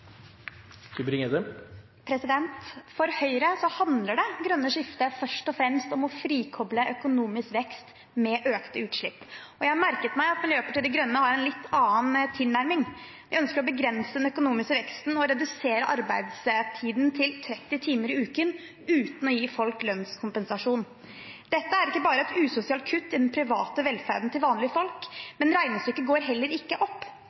For Høyre handler det grønne skiftet først og fremst om å frikoble økonomisk vekst med økte utslipp. Jeg merket meg at Miljøpartiet De Grønne har en litt annen tilnærming. De ønsker å begrense den økonomiske veksten og redusere arbeidstiden til 30 timer i uken uten å gi folk lønnskompensasjon. Dette er ikke bare et usosialt kutt i den private velferden til vanlige folk, men regnestykket går heller ikke opp.